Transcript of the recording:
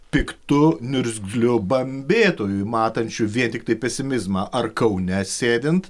piktu niurzgliu bambėtoju matančiu vien tiktai pesimizmą ar kaune sėdint